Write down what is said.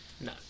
No